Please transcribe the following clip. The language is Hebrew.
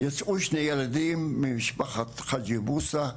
יצאו שני ילדים ממשפחת חג'י מוסא,